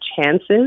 chances